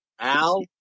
Al